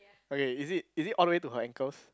okay is it is it all the way to her ankles